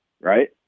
Right